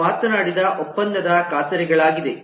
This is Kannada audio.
ನಾವು ಮಾತನಾಡಿದ ಒಪ್ಪಂದದ ಖಾತರಿಗಗಳಾಗಿದೆ